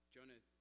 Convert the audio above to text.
Jonah